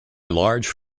large